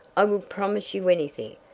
i will promise you anything,